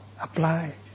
apply